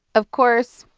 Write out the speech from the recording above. of course,